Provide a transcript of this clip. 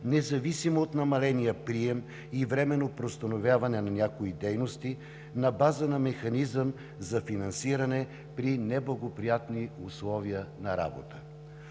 независимо от намаления прием и временно преустановяване на някои дейности на база на механизъм за финансиране при неблагоприятни условия на работа.